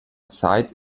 zeit